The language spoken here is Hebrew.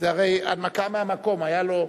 זו הרי הנמקה מהמקום, היו לו.